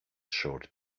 short